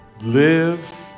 Live